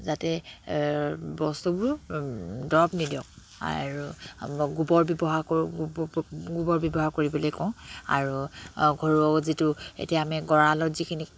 যাতে বস্তুবোৰ দৰৱ নিদিয়ক আৰু গোবৰ ব্যৱহাৰ কৰোঁ গোবৰ ব্যৱহাৰ কৰিবলে কওঁ আৰু ঘৰুৱা যিটো এতিয়া আমি গঁৰালত যিখিনি